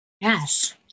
Yes